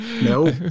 no